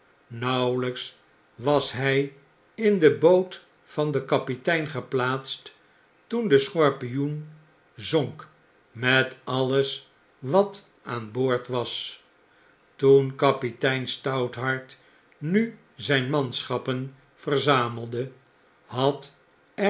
nauwelyks was hij in de boot van den kapitein geplaats toen de schorpioen zonk met alles wat aan boord was toen kapitein stouthart nu zyn manschappen verzamelde had